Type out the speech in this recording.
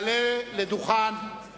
(חותם על ההצהרה) יעלה לדוכן הכנסת